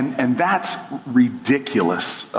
and that's ridiculous,